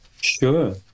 Sure